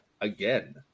again